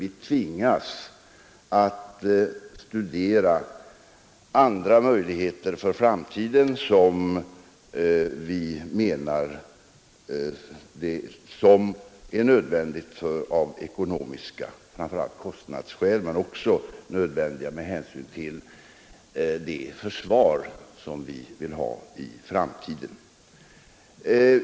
Vi tvingas att studera andra möjligheter för framtiden, framför allt av kostnadsskäl men också med hänsyn till det försvar som vi vill ha framöver.